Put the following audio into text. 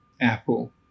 Apple